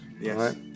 Yes